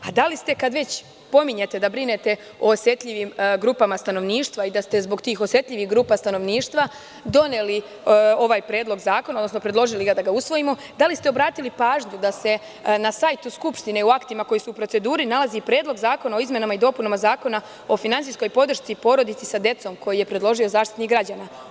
Kada već pominjete da brinete o osetljivim grupama stanovništva i da ste zbog tih osetljivih grupa stanovništva doneli predložili ovaj zakon, da li ste obratili pažnju da se na sajtu Skupštine u aktima koji su u proceduri nalazi Predlog zakona o izmenama i dopunama Zakona o finansijskoj podršci porodici sa decom koji je predložio Zaštitnik građana?